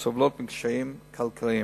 הסובלות מקשיים כלכליים.